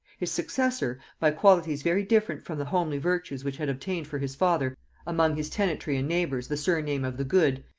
his successor, by qualities very different from the homely virtues which had obtained for his father among his tenantry and neighbours the surname of the good,